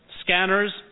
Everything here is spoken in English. scanners